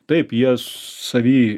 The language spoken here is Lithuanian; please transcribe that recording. taip jie savy